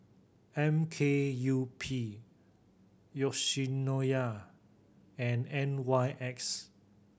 M K U P Yoshinoya and N Y X